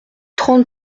trente